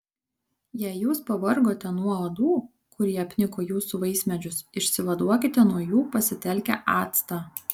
jei jūs pavargote nuo uodų kurie apniko jūsų vaismedžius išsivaduokite nuo jų pasitelkę actą